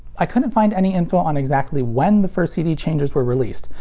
i couldn't find any info on exactly when the first cd changers were released,